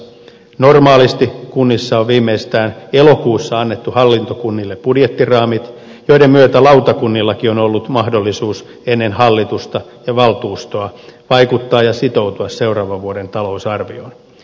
normaalisti kunnissa on viimeistään elokuussa annettu hallintokunnille budjettiraamit joiden myötä lautakunnillakin on ollut mahdollisuus ennen hallitusta ja valtuustoa vaikuttaa ja sitoutua seuraavan vuoden talousarvioon